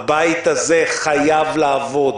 הבית הזה חייב לעבוד